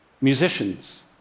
musicians